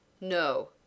No